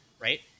right